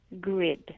grid